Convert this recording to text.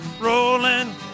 Rolling